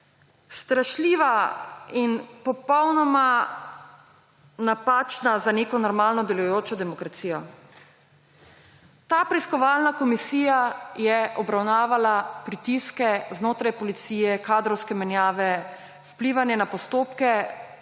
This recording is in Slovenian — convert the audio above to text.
strašljiva in popolnoma napačna za neko normalno delujočo demokracijo. Ta preiskovalna komisija je obravnavala pritiske znotraj policije, kadrovske menjave, vplivanje na postopke,